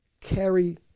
Carry